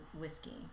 whiskey